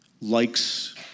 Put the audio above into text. likes